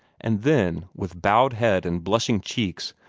and then, with bowed head and blushing cheeks,